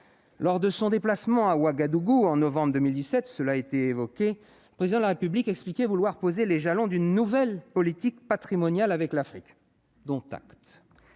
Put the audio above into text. Lors de son déplacement à Ouagadougou, en novembre 2017, le Président de la République expliquait vouloir poser les jalons d'une nouvelle politique patrimoniale avec l'Afrique. Dont acte